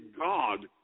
God